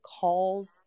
calls